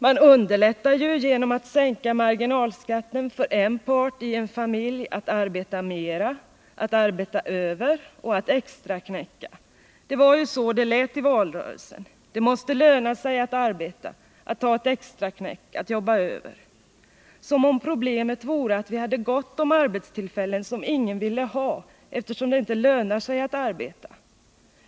Man underlättar ju, genom att sänka marginalskatten, för den ena parten i en familj att arbeta mer, att arbeta över och att extraknäcka — det var ju så det lät i valrörelsen: Det måste löna sig att arbeta, att ta extraknäck, att jobba över. Som om problemet vore att vi hade gott om arbetstillfällen som ingen ville ha, eftersom det inte lönar sig att arbeta.